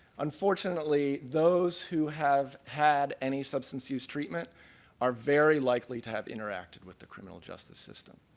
unfortunately those who have had any substance use treatment are very likely to have interacted with the criminal justice system.